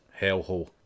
hellhole